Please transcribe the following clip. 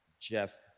Jeff